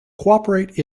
cooperate